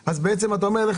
אם אתה לא מעביר להם 20',